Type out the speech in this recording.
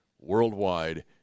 worldwide